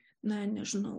na nežinau